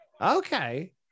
Okay